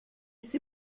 sie